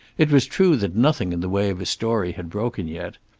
it was true that nothing in the way of a story had broken yet.